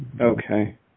Okay